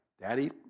Daddy